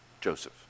Joseph